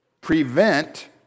prevent